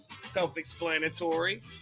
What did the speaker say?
Self-explanatory